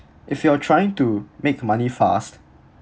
if you are trying to make money fast